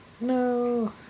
No